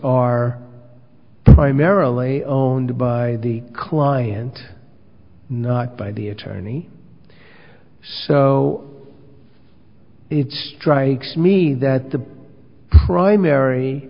are primarily owned by the client not by the attorney so strikes me that the primary